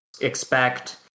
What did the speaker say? expect